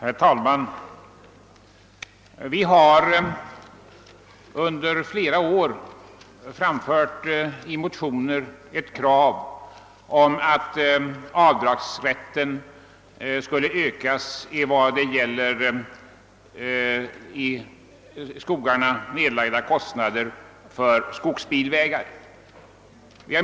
Herr talman! Vid flera riksdagar har vi i motioner framfört kravet att avdragsrätten när det gäller i skogarna nedlagt kapital för skogsbilvägar skall utvidgas.